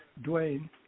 Dwayne